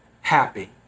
happy